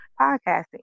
podcasting